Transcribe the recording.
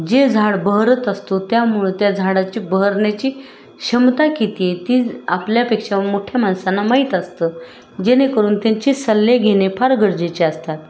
जे झाड बहरत असतो त्यामुळं त्या झाडाची बहरण्याची क्षमता किती आहे ती आपल्यापेक्षा मोठ्या माणसांना माहीत असतं जेणेकरून त्यांचे सल्ले घेणे फार गरजेचे असतात